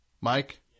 Mike